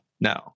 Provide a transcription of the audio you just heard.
No